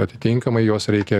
atitinkamai juos reikia